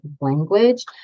language